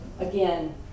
Again